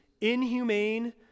inhumane